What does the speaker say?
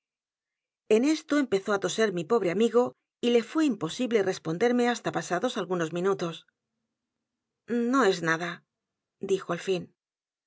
en esto empezó á toser mi pobre amigo y le fué imposible responderme hasta pasados algunos minutos no es nada dijo al fin